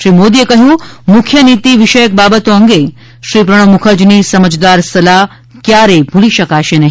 શ્રીમોદીએ કહ્યું મુખ્ય નીતિ વિષયક બાબતો અંગે શ્રી પ્રણવ મુખર્જીની સમજદાર સલાહ ક્યારેય ભૂલી શકાશે નહી